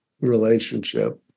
relationship